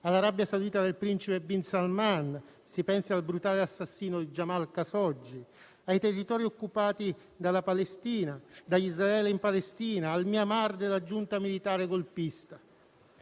all'Arabia Saudita del principe bin Salmān. Si pensi al brutale assassinio di Jamal Khashoggi, ai territori occupati da Israele in Palestina, al Myanmar della giunta militare golpista.